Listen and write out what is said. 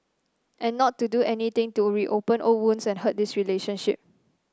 and not to do anything to reopen old wounds and hurt this relationship